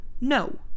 No